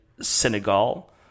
Senegal